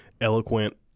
eloquent